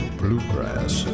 bluegrass